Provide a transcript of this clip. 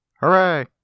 Hooray